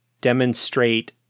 demonstrate